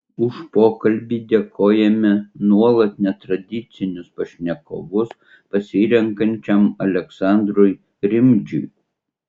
už pokalbį dėkojame nuolat netradicinius pašnekovus pasirenkančiam aleksandrui rimdžiui